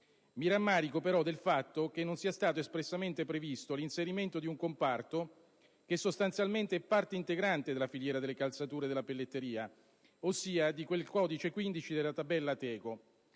Mi rammarico, però, del fatto che non sia stato espressamente previsto l'inserimento di un comparto che sostanzialmente è parte integrante della filiera delle calzature e della pelletteria, ossia di quel codice 15 della tabella ATECO.